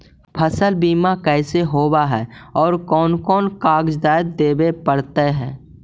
फसल बिमा कैसे होब है और कोन कोन कागज देबे पड़तै है?